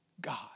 God